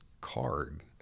card